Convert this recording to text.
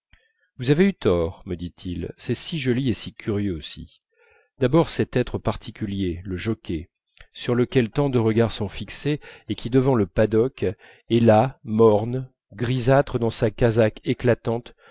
vous avez eu tort me dit-il c'est si joli et si curieux aussi d'abord cet être particulier le jockey sur lequel tant de regards sont fixés et qui devant le paddock est là morne grisâtre dans sa casaque éclatante